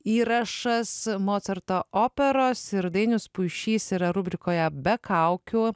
įrašas mocarto operos ir dainius puišys yra rubrikoje be kaukių